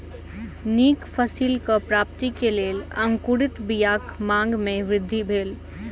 नीक फसिलक प्राप्ति के लेल अंकुरित बीयाक मांग में वृद्धि भेल